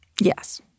Yes